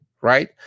Right